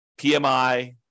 PMI